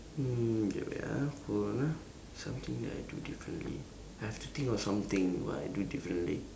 mm okay wait ah hold on ah something that I do differently I have to think of something what I do differently